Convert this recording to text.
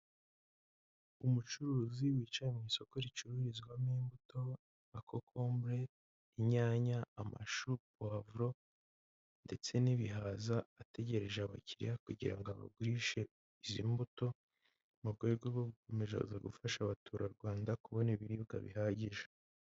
Umucuruzi wicaye mu isoko ricururizwamo imbuto nka kokombure, inyanya, amashu, pavuro ndetse n'ibihaza, ategereje abakiriya kugira ngo abagurishe izi mbuto mu rwego rwo gukomeza gufasha abaturarwanda kubona ibiribwa bihagije.